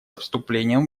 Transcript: вступлением